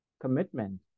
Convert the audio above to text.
commitment